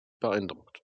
beeindruckt